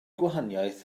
gwahaniaeth